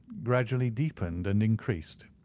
gradually deepened and increased.